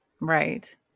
Right